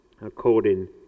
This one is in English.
according